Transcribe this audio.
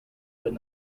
would